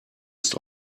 ist